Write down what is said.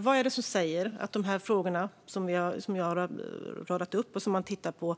Vad är det som säger att det som jag räknat upp och som man tittar på